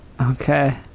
okay